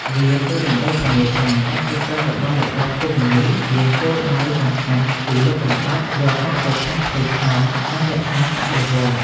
វាគឺដើម្បីធានាថា ការគ្រប់គ្រងរបស់របបកុម្មុយនីស្តមានគោលដៅសំខាន់គឺលុបបំបាត់រាល់ការប្រឆាំងផ្ទៃក្នុង និងរក្សាបដិវត្តន៍។